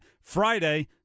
Friday